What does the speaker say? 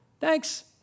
thanks